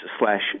slash